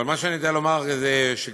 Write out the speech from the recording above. אבל מה שאני יודע לומר זה שגם,